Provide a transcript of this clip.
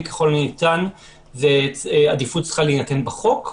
ככל הניתן זאת עדיפות שצריכה להינתן בחוק,